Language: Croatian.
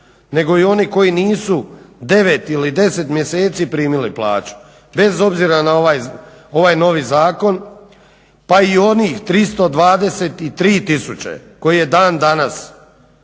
nego i oni koji nisu 9 ili 10 mjeseci primili plaću, bez obzira na ovaj novih zakon, pa i onih 323 000 koji dan danas